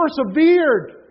persevered